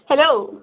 hello